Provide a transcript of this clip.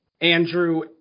Andrew